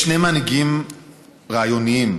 יש מנהיגים רעיוניים